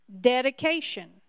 dedication